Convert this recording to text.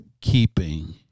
keeping